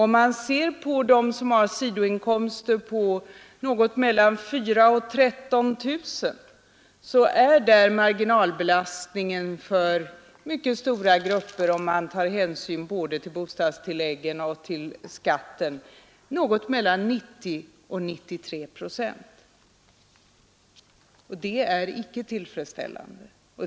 Mycket stora grupper bland dem som har sidoinkomster på mellan 4 000 och 13000 kronor får en marginalbelastning på mellan 90 och 93 procent, om man tar hänsyn till både bostadstilläggen och skatten. Det är icke tillfredsställande.